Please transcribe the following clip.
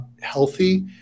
healthy